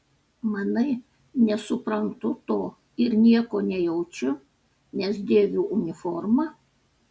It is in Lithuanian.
manai nesuprantu to ir nieko nejaučiu nes dėviu uniformą